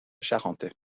charentais